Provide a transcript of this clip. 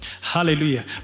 Hallelujah